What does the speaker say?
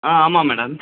ஆ ஆமாம் மேடம்